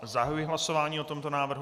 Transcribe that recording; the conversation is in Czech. Zahajuji hlasování o tomto návrhu.